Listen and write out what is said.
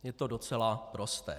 Je to docela prosté.